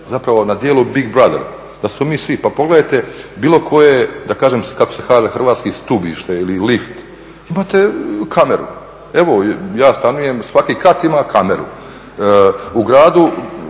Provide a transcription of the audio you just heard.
zapravo na djelu big brother, da smo mi svi. Pa pogledajte bilo koje da kažem, kako se kaže hrvatski stubište ili lift imate kameru. Evo ja stanujem, svaki kat ima kameru. U gradu